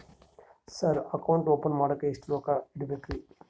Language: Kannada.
ಸರ್ ಅಕೌಂಟ್ ಓಪನ್ ಮಾಡಾಕ ಎಷ್ಟು ರೊಕ್ಕ ಇಡಬೇಕ್ರಿ?